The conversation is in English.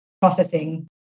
processing